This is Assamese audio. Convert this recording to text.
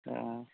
অঁ